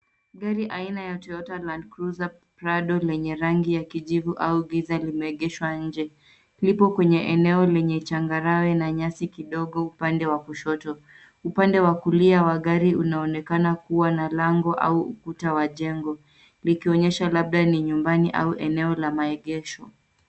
Gari aina ya toyota landcruiser prado lenye rangi ya kijivu au giza limeegeshwa nje. Lipo kwenye eneo lenye changarawe na nyasi kidogo upande wa kushoto. Upande wa kulia wa gari unaonekana kuwa na lango au ukuta wa jego likionyesha labda ni nyumbani au eneo la maegesho.